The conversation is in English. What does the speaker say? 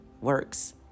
works